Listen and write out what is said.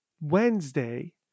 Wednesday